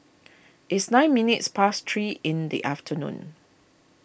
it's nine minutes past three in the afternoon